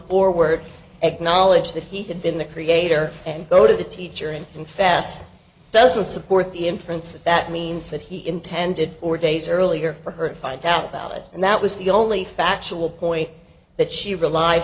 forward acknowledge that he had been the creator and go to the teacher and confess doesn't support the inference that that means that he intended or days earlier for her to find out about it and that was the only factual point that she relied